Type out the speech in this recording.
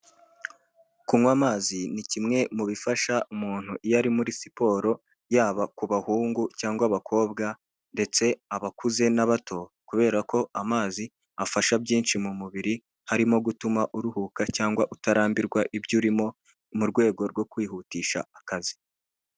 Kunywa amazi ni kimwe mu bifasha umuntu iyo ari muri siporo, yaba ku bahungu cyangwa abakobwa ndetse abakuze n'abato, kubera ko amazi afasha byinshi mu mubiri, harimo gutuma uruhuka cyangwa utarambirwa ibyo urimo mu rwego rwo kwihutisha akazi.